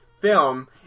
film